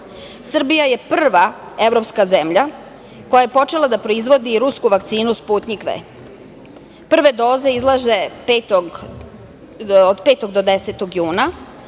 je prva evropska zemlja koja je počela da proizvodi rusku vakcinu „Sputnjik V“. Prve doze izlaze od 5. do 10. juna